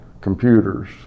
computers